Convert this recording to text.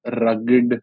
rugged